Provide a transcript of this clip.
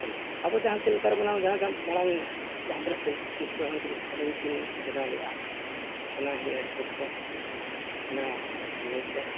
ᱚᱱᱟ ᱟᱵᱚ ᱡᱟᱦᱟᱸ ᱪᱮᱫ ᱞᱮᱠᱟ ᱨᱮ ᱢᱮᱱᱟᱢ ᱡᱟᱦᱟᱸ ᱜᱮ ᱢᱟᱲᱟᱝ ᱡᱟᱦᱟᱸ ᱛᱤᱱᱟᱹᱜ ᱯᱤᱞᱪᱩ ᱦᱟᱲᱟᱢ ᱛᱟᱹᱠᱤᱱ ᱥᱮᱨᱮᱧ ᱠᱤᱱ ᱵᱮᱱᱟᱣ ᱞᱮᱜᱼᱟ ᱚᱱᱟ ᱤᱭᱟᱹ ᱦᱤᱥᱟᱹᱵᱛᱮ ᱚᱱᱟ ᱤᱭᱟᱹᱛᱮ